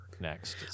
Next